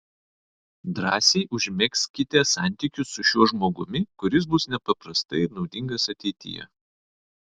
drąsiai užmegzkite santykius su šiuo žmogumi kuris bus nepaprastai naudingas ateityje